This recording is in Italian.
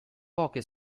poche